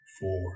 four